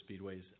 speedways